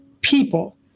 people